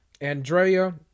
Andrea